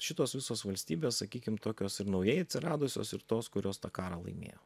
šitos visos valstybės sakykim tokios ir naujai atsiradusios ir tos kurios tą karą laimėjo